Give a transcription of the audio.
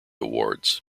awards